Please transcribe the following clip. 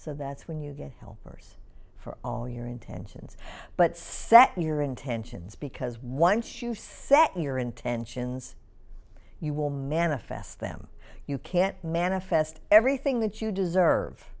so that's when you get helpers for all your intentions but set your intentions because once you set your intentions you will manifest them you can't manifest everything that you deserve